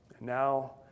Now